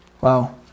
Wow